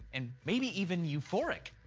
and maybe even euphoric,